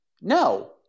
No